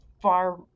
far